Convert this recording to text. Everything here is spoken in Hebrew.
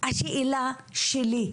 השאלה שלי,